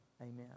Amen